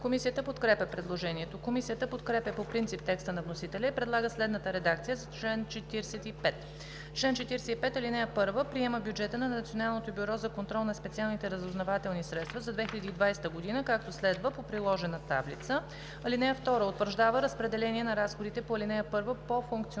Комисията подкрепя предложението. Комисията подкрепя по принцип текста на вносителя и предлага следната редакция за чл. 45: „Чл. 45. (1) Приема бюджета на Националното бюро за контрол на специалните разузнавателни средства за 2020 г., както следва по приложена таблица. (2) Утвърждава разпределение на разходите по ал. 1 по функционални